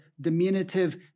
diminutive